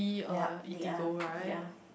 yup they are they are